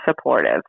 supportive